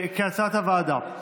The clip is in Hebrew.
כהצעת הוועדה.